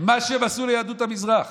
מה שהם עשו ליהדות המזרח,